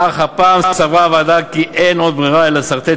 אך הפעם סברה הוועדה כי אין עוד ברירה אלא לסרטט